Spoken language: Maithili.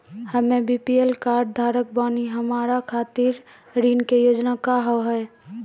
हम्मे बी.पी.एल कार्ड धारक बानि हमारा खातिर ऋण के योजना का होव हेय?